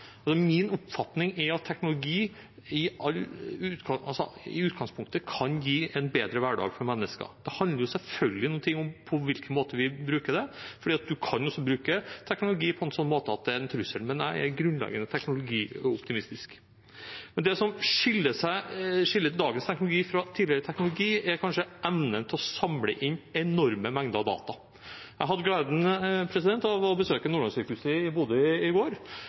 min oppfatning er at teknologi i utgangspunktet kan gi en bedre hverdag for mennesker. Det handler selvfølgelig noe om på hvilken måte vi bruker den, for man kan også bruke teknologi på en sånn måte at det er en trussel. Men jeg er grunnleggende teknologioptimistisk. Det som skiller dagens teknologi fra tidligere teknologi, er kanskje evnen til å samle inn enorme mengder data. Jeg hadde gleden av å besøke Nordlandssykehuset i Bodø i